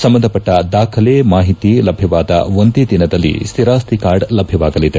ಸಂಬಂಧಪಟ್ಟ ದಾಖಲೆ ಮಾಹಿತಿ ಲಭ್ಯವಾದ ಒಂದೇ ದಿನದಲ್ಲಿ ಸ್ಹಿರಾಸ್ತಿ ಕಾರ್ಡ್ ಲಭ್ಯವಾಗಲಿದೆ